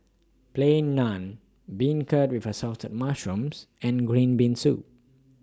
Plain Naan Beancurd with Assorted Mushrooms and Green Bean Soup